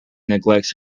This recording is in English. neglects